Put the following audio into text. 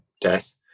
death